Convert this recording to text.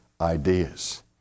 ideas